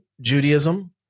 Judaism